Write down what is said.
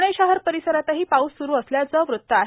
प्णे शहर परिसरातही पाऊस स्रू असल्याचं वृत्त आहे